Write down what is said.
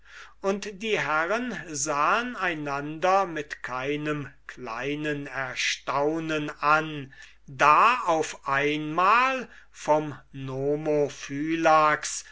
und die herren sahen einander mit keinem kleinen erstaunen an da auf einmal vom